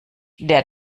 der